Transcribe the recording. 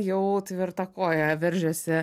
jau tvirta koja veržiasi